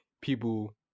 people